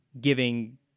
giving